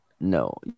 no